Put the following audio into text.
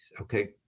Okay